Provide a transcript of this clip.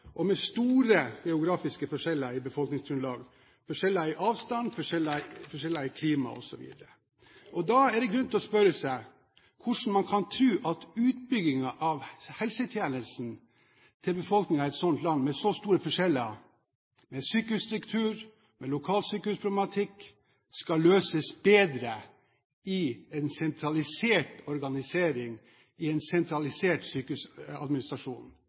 Italia, med store geografiske forskjeller i befolkningsgrunnlag, forskjeller i avstander, forskjeller i klima osv. Da et det grunn til å spørre seg hvordan man kan tro at utbyggingen av helsetjenesten til befolkningen i et land med så store forskjeller, med sykehusstruktur og lokalsykehusproblematikk, skal løses bedre i en sentralisert organisering, i en sentralisert sykehusadministrasjon,